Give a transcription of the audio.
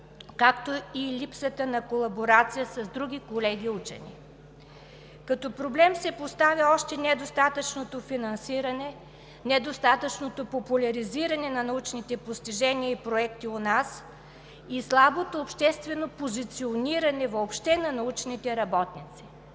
и липсата на колаборация с други колеги учени. Като проблеми се поставят още – недостатъчното финансиране, недостатъчното популяризиране на научните постижения и проекти у нас, и слабото обществено позициониране въобще на научните работници.